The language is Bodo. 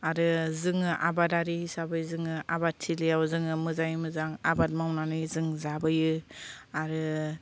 आरो जोङो आबादारि हिसाबै जोङो आबादथिलियाव जोङो मोजाङै मोजां आबाद मावनानै जों जाबोयो आरो